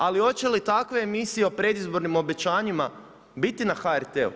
Ali hoće li takve emisije o predizbornim obećanjima biti na HRT-u?